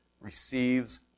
receives